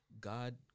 God